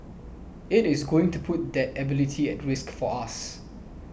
it is going to put that ability at risk for us